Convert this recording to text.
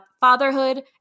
fatherhood